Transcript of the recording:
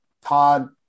Todd